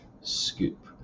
scoop